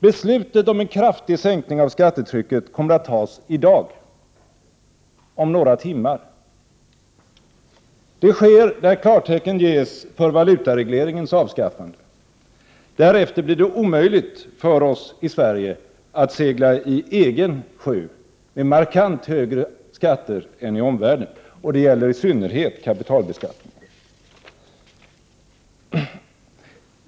Beslutet om en kraftig sänkning av skattetrycket kommer att tas i dag, om några timmar. Det sker när klartecken ges för valutaregleringens avskaffande. Därefter blir det omöjligt för oss i Sverige att segla i egen sjö, med markant högre skatter än i omvärlden, och det gäller i synnerhet kapitalbeskattningen.